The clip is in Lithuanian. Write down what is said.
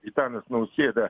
gitanas nausėda